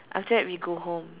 after that we go home